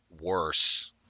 worse